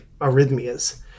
arrhythmias